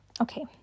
Okay